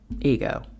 ego